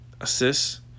assists